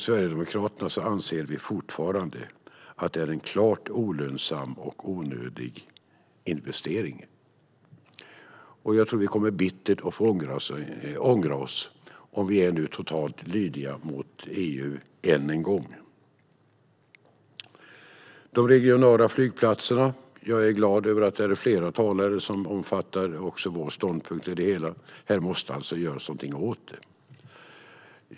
Sverigedemokraterna anser fortfarande att det är en klart olönsam och onödig investering. Vi kommer att ångra oss bittert om vi än en gång är totalt lydiga mot EU. Jag är glad över att flera talare som omfattar vår ståndpunkt vad gäller de regionala flygplatserna. Här måste något göras.